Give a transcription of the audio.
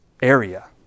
area